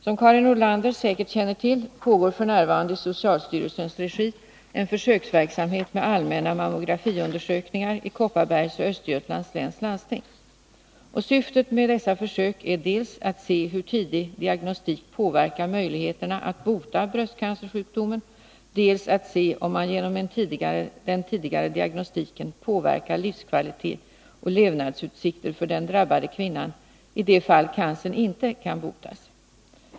Som Karin Nordlander säkert känner till pågår f.n. i socialstyrelsens regi en försöksverksamhet med allmänna mammografiundersökningar i Kopparbergs läns och Östergötlands läns landsting. Syftet med dessa försök är dels att se hur tidig diagnostik påverkar möjligheterna att bota bröstcancersjukdomen, dels att se om man genom den tidigare diagnostiken påverkar livskvalitet och levnadsutsikter för den drabbade kvinnan i de fall cancern inte kan botas.